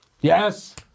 Yes